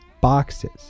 boxes